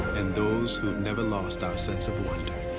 and those who have never lost our sense of wonder.